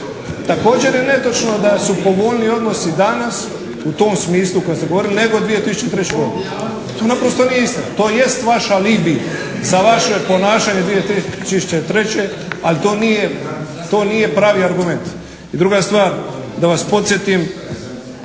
također je netočno da su povoljniji odnosi danas u tom smislu u kojem ste govorili nego u 2003. godini. To naprosto nije istina. To jest vaš alibi za vaše ponašanje 2003. ali to nije pravi argument. I druga stvar, da vas podsjetim.